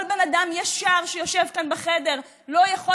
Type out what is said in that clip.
כל בן אדם ישר שיושב כאן בחדר לא יכול